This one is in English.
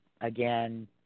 again